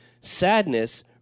Sadness